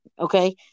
okay